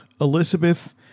Elizabeth